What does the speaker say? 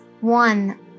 one